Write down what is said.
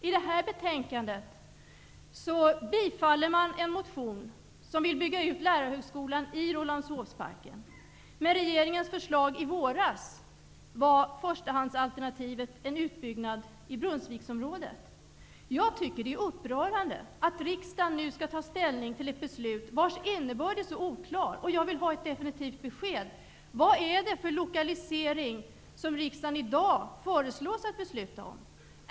I detta betänkande tillstyrks en motion med förslag om att bygga ut regeringens förslag i våras var förstahandsalternativet en utbyggnad i Jag tycker att det är upprörande att riksdagen nu skall fatta ett beslut vars innebörd är så oklar. Jag vill ha ett definitivt besked: Vad är det för lokalisering som riksdagen i dag föreslås besluta om?